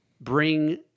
bring